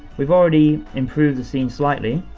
we've already improved the scene slightly,